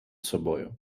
собою